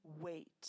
wait